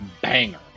banger